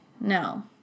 No